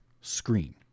screen